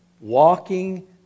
walking